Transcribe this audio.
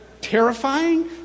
terrifying